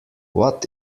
what